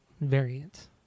variant